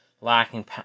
lacking